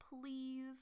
please